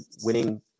winning